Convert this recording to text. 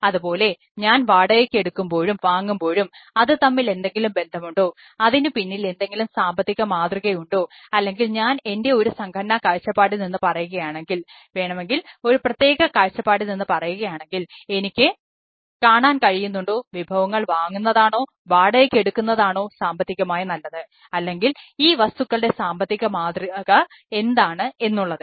അതുപോലെ ഞാൻ വാടകയ്ക്ക് എടുക്കുമ്പോഴും വാങ്ങുമ്പോഴും അത് തമ്മിൽ എന്തെങ്കിലും ബന്ധമുണ്ടോ അതിനുപിന്നിൽ എന്തെങ്കിലും സാമ്പത്തിക മാതൃക ഉണ്ടോ അല്ലെങ്കിൽ ഞാൻ എൻറെ ഒരു സംഘടനാ കാഴ്ചപ്പാടിൽനിന്ന് പറയുകയാണെങ്കിൽ വേണമെങ്കിൽ ഒരു പ്രത്യേക കാഴ്ചപ്പാടിൽനിന്ന് പറയുകയാണെങ്കിൽ എനിക്ക് കാണാൻ കഴിയുന്നുണ്ടോ വിഭവങ്ങൾ വാങ്ങുന്നതാണോ വാടകയ്ക്ക് എടുക്കുന്നതാണോ സാമ്പത്തികമായി നല്ലത് അല്ലെങ്കിൽ ഈ വസ്തുക്കളുടെ സാമ്പത്തിക മാതൃക എന്താണ് എന്നുള്ളത്